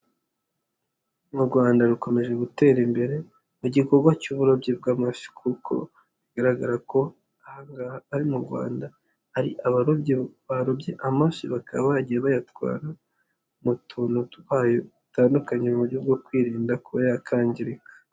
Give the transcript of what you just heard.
U Rwanda rukomeje gutera imbere mu gikorwa cy'uburobyi bw'amafi kuko bigaragara ko ari mu Rwanda hari abarobyi barobye amafi, bakaba bagiye bayatwara mu tuntu twayo dutandukanye mu buryo bwo kwirinda ko yakwangirika.